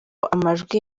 amajwi